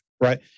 right